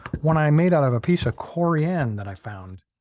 when i made out of a piece of corian that i found.